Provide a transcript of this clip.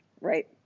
Right